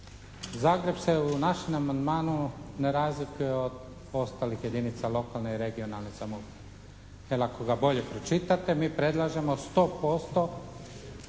Zagreb se u našem amandmanu ne razlikuje od ostalih jedinica lokalne i regionalne samouprave, jer ako ga bolje pročitate mi predlažemo 100%